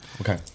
Okay